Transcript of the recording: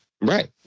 Right